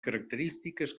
característiques